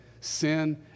Sin